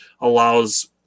allows